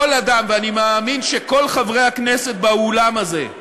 כל אדם, ואני מאמין שכל חברי הכנסת באולם הזה,